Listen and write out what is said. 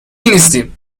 نیستیم